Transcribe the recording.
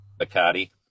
Bacardi